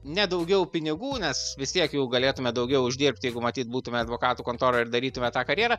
ne daugiau pinigų nes vis tiek jau galėtume daugiau uždirbt jeigu matyt būtume advokatų kontoroj ir darytume tą karjerą